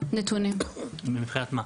מבחינת מה?